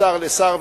משר לשר,